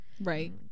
right